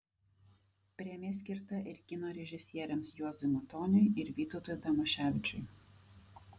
premija skirta ir kino režisieriams juozui matoniui ir vytautui damaševičiui